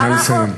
נא לסיים.